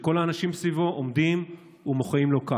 שכל האנשים סביבו עומדים ומוחאים לו כף,